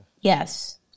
Yes